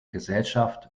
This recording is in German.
gesellschaft